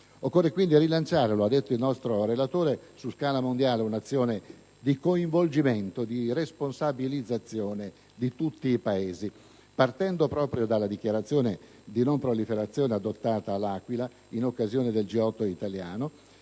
Occorre quindi rilanciare su scala mondiale - come ha detto il nostro relatore - un'azione di coinvolgimento e responsabilizzazione di tutti i Paesi, partendo proprio dalla dichiarazione di non proliferazione adottata all'Aquila in occasione del G8 italiano,